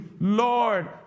Lord